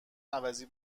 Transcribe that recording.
عوضی